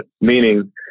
meaning